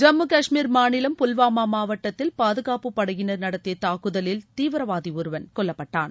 ஜம்மு கஷ்மீர் மாநிலம் புல்வாமா மாவட்டத்தில் பாதுகாப்பு படையினர் நடத்திய தாக்குதலில் தீவிரவாதி ஒருவன் கொல்லப்பட்டான்